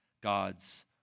God's